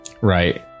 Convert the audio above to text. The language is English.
right